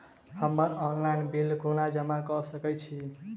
हम्मर online bill कोना जमा कऽ सकय छी?